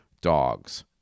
dogs